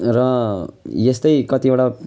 र यस्तै कतिवटा